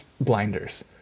blinders